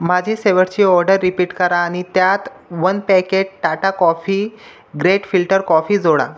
माझी शेवटची order repeat करा आणि त्यात one packet Tata coffee great filter coffee जोडा